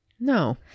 No